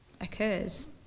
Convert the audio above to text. occurs